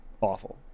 awful